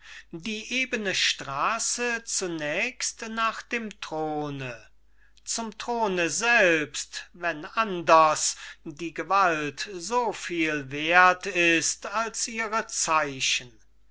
die ebene straße zunächst nach dem throne zum throne selbst wenn anders die gewalt so viel werth ist als ihr